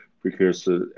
precursor